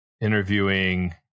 interviewing